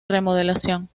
remodelación